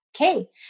Okay